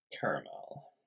caramel